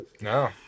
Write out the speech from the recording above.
No